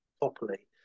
properly